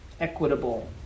equitable